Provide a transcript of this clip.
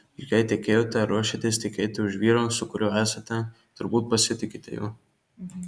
juk jei tekėjote ar ruošiatės tekėti už vyro su kuriuo esate turbūt pasitikite juo